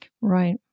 Right